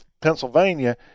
Pennsylvania